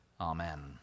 Amen